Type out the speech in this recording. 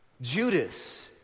Judas